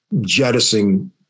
jettisoning